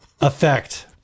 effect